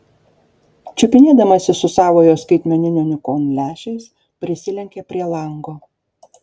čiupinėdamasis su savojo skaitmeninio nikon lęšiais prisilenkė prie lango